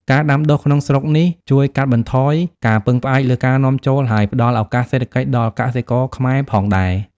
ការដាំដុះក្នុងស្រុកនេះជួយកាត់បន្ថយការពឹងផ្អែកលើការនាំចូល ហើយផ្តល់ឱកាសសេដ្ឋកិច្ចដល់កសិករខ្មែរផងដែរ។